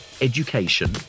education